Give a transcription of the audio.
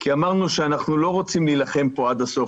כי אמרנו שאנחנו לא רוצי להילחם עד הסוף.